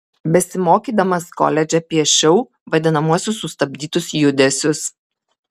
besimokydamas koledže piešiau vadinamuosius sustabdytus judesius